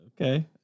Okay